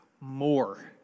more